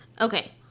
Okay